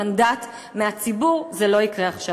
מנדט מהציבור, זה לא יקרה עכשיו.